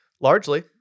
Largely